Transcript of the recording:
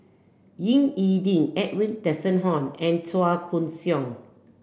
Ying E Ding Edwin Tessensohn and Chua Koon Siong